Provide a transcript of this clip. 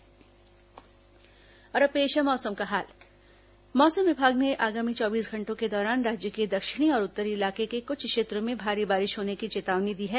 मौसम और अब पेश है मौसम का हाल मौसम विभाग ने आगामी चौबीस घंटों के दौरान राज्य के दक्षिणी और उत्तरी इलाके के कुछ क्षेत्रों में भारी बारिश की चेतावनी दी है